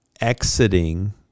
exiting